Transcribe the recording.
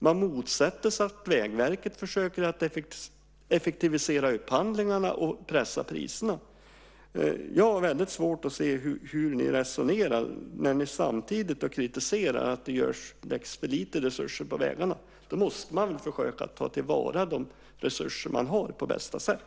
Man motsätter sig att Vägverket försöker effektivisera upphandlingarna och pressa priserna. Jag har svårt att se hur ni resonerar när ni samtidigt kritiserar och säger att det läggs för lite resurser på vägarna. Man måste försöka ta till vara de resurser som finns på bästa sätt.